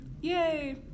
Yay